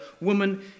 woman